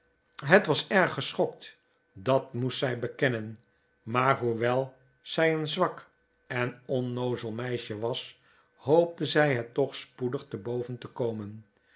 het was erg geschokt dat moest zij bekennen maar hoewel zij een zwak en onnoozel meisje was hoopte zij het toch spoedig te boven te komen